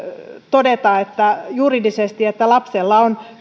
todeta juridisesti että lapsella on